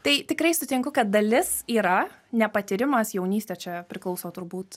tai tikrai sutinku kad dalis yra nepatyrimas jaunystė čia priklauso turbūt